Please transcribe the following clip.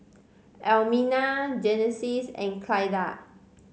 Almina Genesis and Clyda